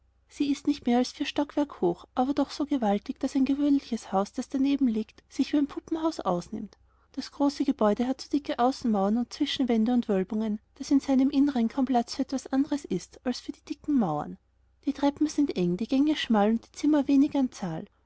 sie ist nicht mehr als vier stockwerk hoch aber doch so gewaltig daß ein gewöhnlicheshaus dasdanebenliegt sichwieeinpuppenhausausnimmt das große gebäude hat so dicke außenmauern und zwischenwände und wölbungen daßinseineminnernkaumplatzfüretwasanderesistalsfürdie dicken mauern die treppen sind eng die gänge schmal und die zimmer wenig an zahl